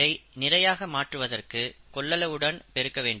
இதை நிறையாக மாற்றுவதற்கு கொள்ளளவுடன் பெருக்க வேண்டும்